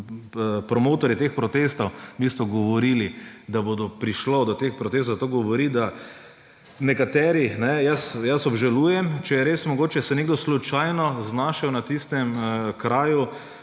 promotorji teh protestov v bistvu govorili, da bo prišlo do teh protestov. To govori, da nekateri, jaz obžalujem, če je res mogoče se nekdo slučajno znašel na tistem kraju,